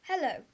Hello